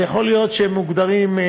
אז יכול להיות שהם מוגדרים,